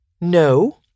No